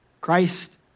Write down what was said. Christ